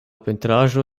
pentraĵo